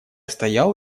стоял